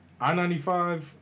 I-95